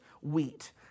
wheat